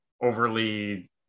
Overly